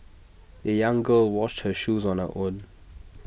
the young girl washed her shoes on her own